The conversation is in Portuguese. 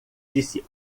disse